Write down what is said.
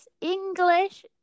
English